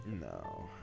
no